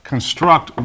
construct